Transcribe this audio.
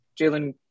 Jalen